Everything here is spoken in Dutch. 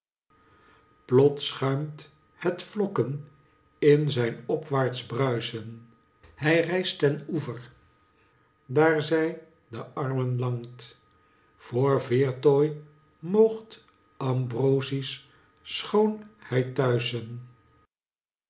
plots schuimt het vlokken in zijn opwaarts bruisen hij rijst ten oever daar zij de armen langt voor veertooi mocht ambrosiesch schoon hij tuischen